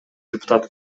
депутат